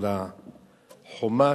על החומה,